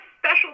special